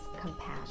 compassion